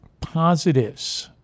positives